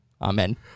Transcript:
Amen